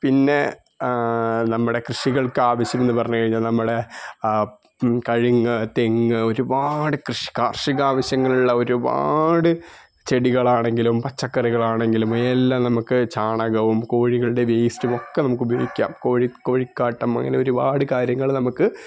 പിന്നെ നമ്മുടെ കൃഷികള്ക്ക് ആവശ്യം എന്ന് പറഞ്ഞു കഴിഞ്ഞാല് നമ്മുടെ കഴിങ്ങ് തെങ്ങ് ഒരുപാട് കൃഷിക്ക് കാര്ഷിക ആവശ്യങ്ങള് ഉള്ള ഒരുപാട് ചെടികളാണെങ്കിലും പച്ചക്കറികളാണെങ്കിലും മേലില്ലാം നമുക്ക് ചാണകവും കോഴികളുടെ വേസ്റ്റും ഒക്കെ നമുക്ക് ഉപയോഗിക്കാം കോഴി കോഴിക്കാട്ടം അങ്ങനെ ഒരുപാട് കാര്യങ്ങള് നമുക്ക്